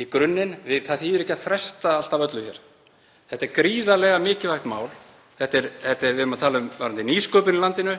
nefndarfundum. Það þýðir ekki að fresta alltaf öllu hér. Þetta er gríðarlega mikilvægt mál: Við erum að tala um nýsköpun í landinu.